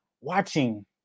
watching